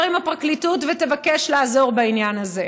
עם הפרקליטות ותבקש לעזור בעניין הזה.